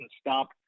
stop